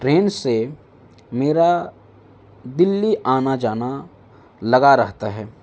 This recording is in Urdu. ٹرین سے میرا دہلی آنا جانا لگا رہتا ہے